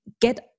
get